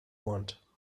want